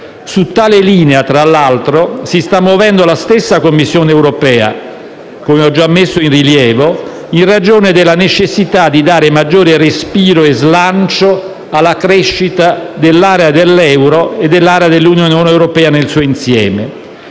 Su tale linea, tra l'altro, si sta muovendo la stessa Commissione europea - come ho già messo in rilievo - in ragione della necessità di dare maggiore respiro e slancio alla crescita dell'area dell'euro e dell'Unione europea nel suo insieme.